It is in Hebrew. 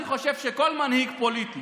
אני חושב שכל מנהיג פוליטי